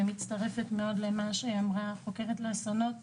אני מצטרפת לדברי ד"ר בלאו,